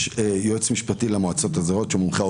יש יועץ משפטי למועצות האזוריות שהוא מומחה,